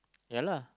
yeah lah